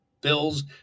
Bills